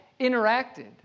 interacted